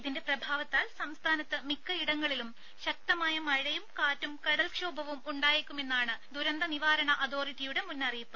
ഇതിന്റെ പ്രഭാവത്താൽ സംസ്ഥാനത്ത് മിക്കയിടങ്ങളിലും ശക്തമായ മഴയും കാറ്റും കടൽക്ഷോഭവും ഉണ്ടായേക്കുമെന്നാണ് ദുരന്ത നിവാരണ അതോറിറ്റിയുടെ മുന്നറിയിപ്പ്